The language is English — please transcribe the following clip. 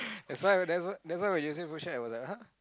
that's why that's why when you say food shag I'm like !hah!